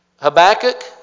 Habakkuk